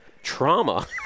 trauma